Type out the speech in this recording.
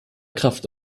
kraft